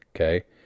Okay